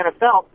NFL